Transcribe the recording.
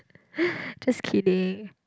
just kidding